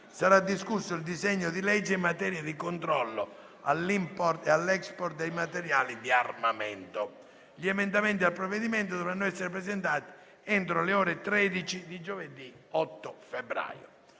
sarà discusso il disegno di legge in materia di controllo all'*import* e all'*export* dei materiali di armamento. Gli emendamenti al provvedimento dovranno essere presentati entro le ore 13 di giovedì 8 febbraio.